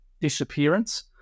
disappearance